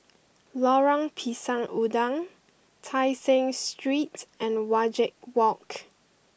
Lorong Pisang Udang Tai Seng Street and Wajek Walk